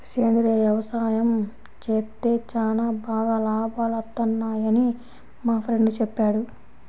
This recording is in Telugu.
సేంద్రియ యవసాయం చేత్తే చానా బాగా లాభాలొత్తన్నయ్యని మా ఫ్రెండు చెప్పాడు